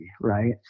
right